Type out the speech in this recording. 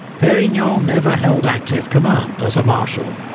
perignon never held active command as a marshal,